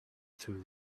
through